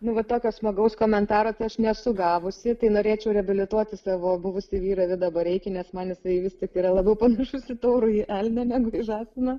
nu va tokio smagaus komentaro tai aš nesu gavusi tai norėčiau reabilituoti savo buvusį vyrą vidą bareikį nes man jisai vis tik yra labiau pamišusi taurųjį elnią negu žąsiną